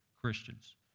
Christians